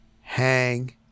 hang